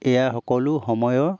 এয়া সকলো সময়ৰ